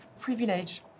privilege